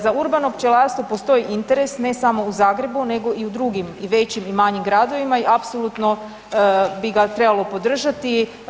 Za urbano pčelarstvo postoji interes ne samo u Zagrebu nego i u drugim i većim i manjim gradovima i apsolutno bi ga trebalo podržati.